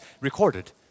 recorded